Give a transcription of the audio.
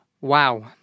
Wow